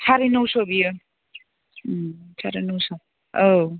साराय नौस' बेयो साराय नौस' औ